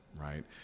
right